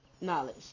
knowledge